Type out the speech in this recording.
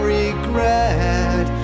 regret